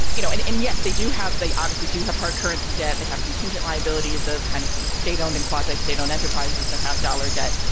you know, and and yes, they do have they obviously do have hard currency debt. they have contingent liabilities of kind of state owned and quasi state owned enterprises that have dollar debt.